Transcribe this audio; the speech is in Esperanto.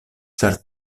ĉar